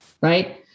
right